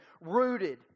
Rooted